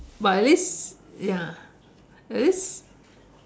but at least ya at least